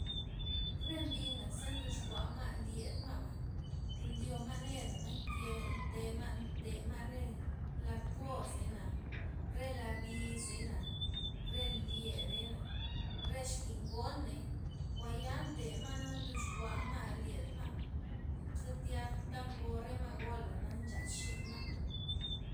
Re mbina ze ndoxkuama' lyedma'ba n- ndyoma' neda'na nke ntema' nte rela kozey na, re la bizey na, re lyedei na', re xkingoney guaya' nte ma' na ndoxkua ma' lyedma', ze tyaa ngo re ma' golana' nchaz xinma'.